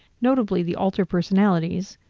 notably, the alter personalities,